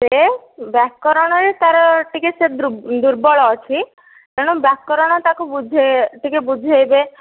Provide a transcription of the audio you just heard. ସେ ବ୍ୟାକରଣରେ ତା ର ଟିକେ ସେ ଦୁର୍ବଳ ଅଛି ତେଣୁ ବ୍ୟାକରଣ ତାକୁ ଟିକେ ବୁଝେଇବେ